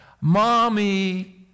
Mommy